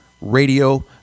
Radio